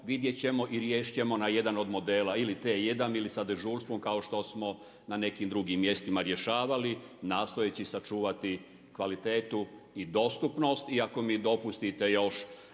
vidjet ćemo i riješit ćemo na jedan od modela ili T1 ili sa dežurstvom kao što smo na nekim drugim mjestima rješavali, nastojeći sačuvati kvalitetu i dostupnost i ako mi dopustite još